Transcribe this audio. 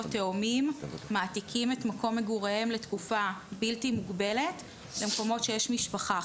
ותאומים מעתיקים את מגוריהם לתקופה בלתי מוגבלת למקומות שיש משפחה.